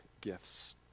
gifts